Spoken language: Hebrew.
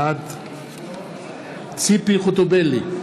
בעד ציפי חוטובלי,